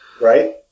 Right